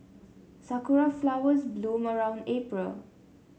sakura flowers bloom around April